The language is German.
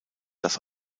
dass